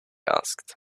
asked